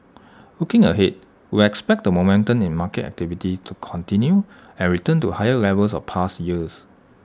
looking ahead we expect the momentum in market activity to continue and return to higher levels of past years